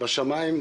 בשמיים,